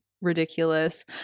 ridiculous